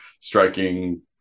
striking